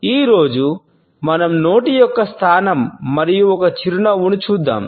ఈ రోజు మనం నోటి యొక్క స్థానం మరియు ఒక చిరునవ్వును చూద్దాం